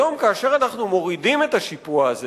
היום, כאשר אנחנו מורידים את השיפוע הזה